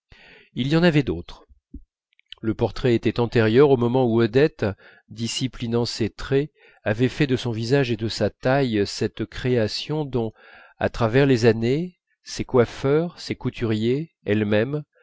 il y en avait d'autres le portrait était antérieur au moment où odette disciplinant ses traits avait fait de son visage et de sa taille cette création dont à travers les années ses coiffeurs ses couturiers elle-même